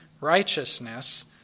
Righteousness